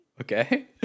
Okay